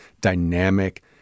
dynamic